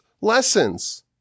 lessons